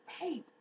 Hey